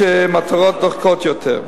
יש מטרות דוחקות יותר.